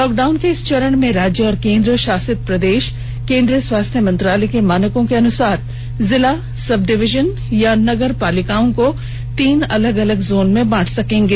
lockdown के इस चरण में राज्य और केन्द्र शासित प्रदेश केंद्रीय स्वास्थ्य मंत्रालय के मानकों के अनुसार जिला सब डिवीजन या नगर पालिकाओं को तीन अलग अलग जोन में बांट सकेंगे